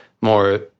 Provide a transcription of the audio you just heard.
more